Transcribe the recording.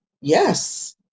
yes